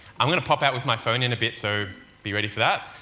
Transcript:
i'm going to pop out with my phone in a bit so be ready for that,